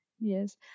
Yes